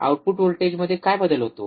output व्होल्टेजमध्ये काय बदल होतो